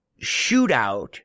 shootout